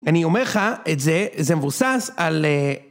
אני אומר לך, את זה, זה מבוסס על...